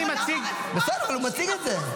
טלי, אני מציג --- אבל הוא מציג את זה.